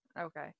okay